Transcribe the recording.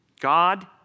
God